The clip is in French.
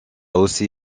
aussi